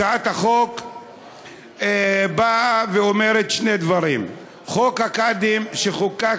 הצעת החוק אומרת שני דברים: חוק הקאדים, שחוקק